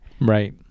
Right